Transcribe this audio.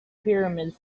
pyramids